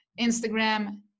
Instagram